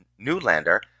Newlander